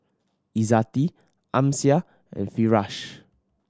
Izzati Amsyar and Firash